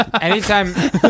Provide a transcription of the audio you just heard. Anytime